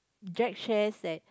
Jack shares that